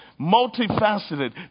Multifaceted